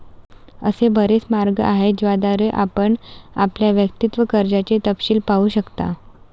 असे बरेच मार्ग आहेत ज्याद्वारे आपण आपल्या वैयक्तिक कर्जाचे तपशील पाहू शकता